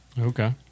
Okay